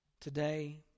Today